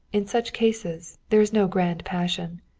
in such cases, there is no grand passion.